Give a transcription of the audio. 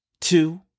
two